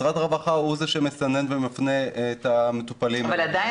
משרד הרווחה הוא זה שמסנן ומפנה את המטופלים --- ועדיין